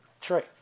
Trey